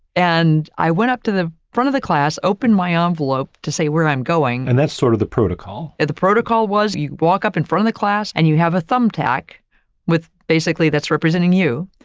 and i went up to the front of the class, opened my ah envelope to say where i'm going and rosenberg that's sort of the protocol. and the protocol was you walk up in front of the class, and you have a thumbtack with basically that's representing you.